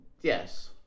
Yes